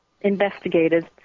investigated